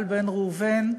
חברי חבר הכנסת איל בן ראובן,